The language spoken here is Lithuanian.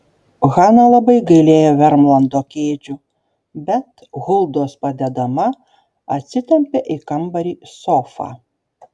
hana labai gailėjo vermlando kėdžių bet huldos padedama atsitempė į kambarį sofą